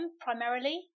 primarily